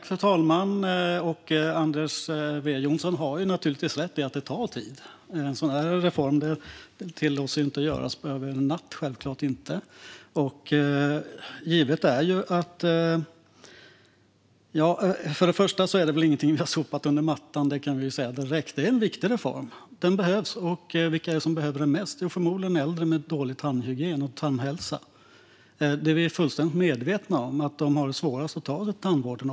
Fru talman! Anders W Jonsson har naturligtvis rätt i att det tar tid. En sådan här reform låter sig självklart inte göras över en natt. För det första har vi inte sopat något under mattan - det kan jag säga direkt. Detta är en viktig reform; den behövs. Och vilka är det som behöver den mest? Jo, förmodligen äldre med dålig tandhygien och tandhälsa. Vi är fullständigt medvetna om att de dessutom har svårast att ta sig till tandvården.